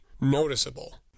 noticeable